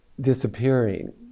disappearing